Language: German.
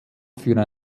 für